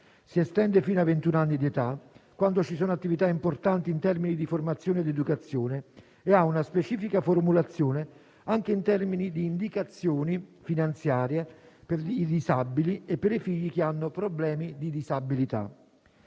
si estende fino ai ventun anni quando ci sono attività importanti di formazione ed educazione e ha una specifica formulazione anche in termini di indicazioni finanziarie per i figli che hanno problemi di disabilità.